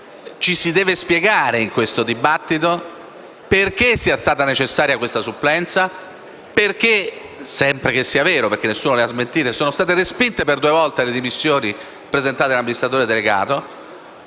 si deve spiegare perché sia stata necessaria la supplenza; perché - sempre che sia vero, perché nessuno l'ha smentito - sono state respinte per due volte le dimissioni presentate dall'amministratore delegato